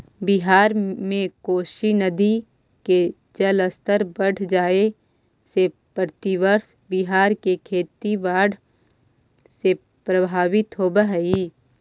बिहार में कोसी नदी के जलस्तर बढ़ जाए से प्रतिवर्ष बिहार के खेती बाढ़ से प्रभावित होवऽ हई